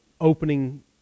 opening